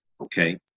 Okay